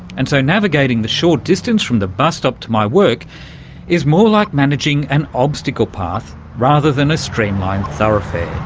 and so navigating the short distance from the bus stop to my work is more like managing an obstacle-path rather than a streamlined thoroughfare.